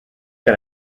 can